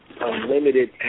unlimited